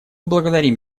благодарим